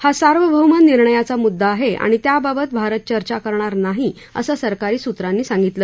हा सार्वभौम निर्णायाचा मुद्दा आहे आणि त्याबाबत भारत चर्चा करणार नाही असं सरकारी सूत्रांनी सांगितलं